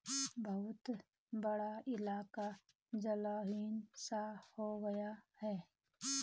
बहुत बड़ा इलाका जलविहीन सा हो गया है